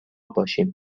باشیم